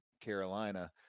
Carolina